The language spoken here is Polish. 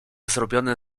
zrobione